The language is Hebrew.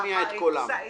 להשמיע את קולם.